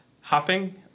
hopping